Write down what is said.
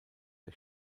der